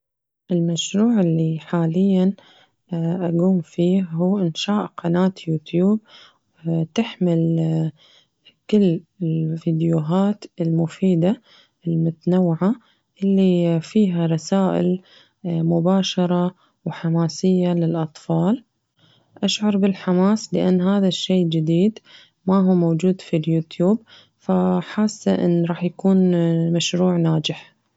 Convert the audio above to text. المشروع اللي حالياً أقوم فيه هو إنشاء قناة يوتيوب تحمل كل الفيديوهات المفيدة المتنوعة اللي فيها رسائل مباشرة وحماسية للأطفال، أشعر بالحماس لأن هذا الشي جديد ما هو موجود في اليوتيوب فحاسة إن رح يكون مشروع ناجح.